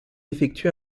effectué